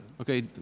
Okay